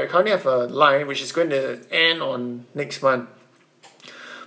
I currently have a line which is going to end on next month